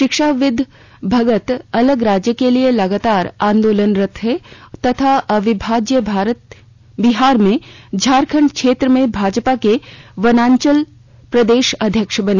शिक्षाविद भगत अलग राज्य के लिए लगातार आंदोलनरत रहे तथा अविभाज्य बिहार में झारखंड क्षेत्र मे भाजपा के वनांचल के प्रदेश अध्यक्ष बने